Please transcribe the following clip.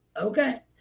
Okay